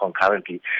concurrently